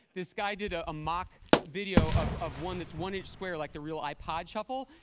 this guy did a mock video of of one that's one inch square, like the real ipod shuffle.